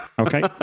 Okay